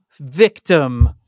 victim